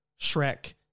Shrek